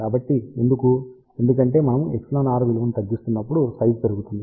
కాబట్టి ఎందుకు ఎందుకంటే మనము εr విలువను తగ్గిస్తున్నప్పుడు సైజ్ పెరుగుతుంది